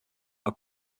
are